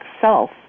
self